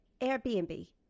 Airbnb